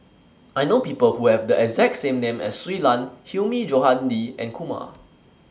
I know People Who Have The exact name as Shui Lan Hilmi Johandi and Kumar